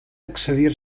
excedir